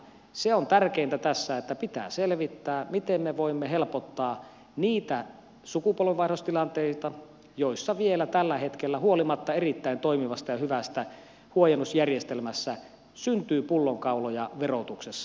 se on tärkeintä tässä että pitää selvittää miten me voimme helpottaa niitä sukupolvenvaihdostilanteita joissa vielä tällä hetkellä huolimatta erittäin toimivasta ja hyvästä huojennusjärjestelmästä syntyy pullonkauloja verotuksessa